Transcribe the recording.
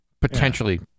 Potentially